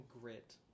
grit